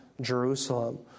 Jerusalem